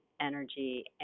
energy